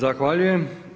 Zahvaljujem.